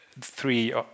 three